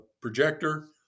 projector